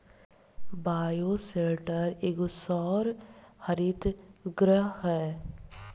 bioshelter एगो सौर हरित गृह ह